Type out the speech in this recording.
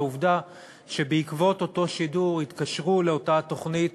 לעובדה שבעקבות אותו שידור התקשרו לאותה תוכנית